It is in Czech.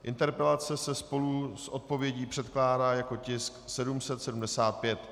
Interpelace se spolu s odpovědí předkládá jako tisk 775.